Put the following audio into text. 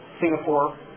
Singapore